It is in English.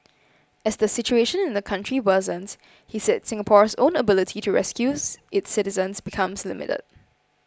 as the situation in the country worsens he said Singapore's own ability to rescue its citizens becomes limited